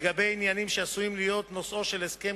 לגבי עניינים שעשויים להיות נושאו של הסכם